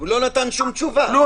כמו למשל נושא ההפגנות.